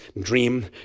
dream